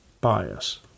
bias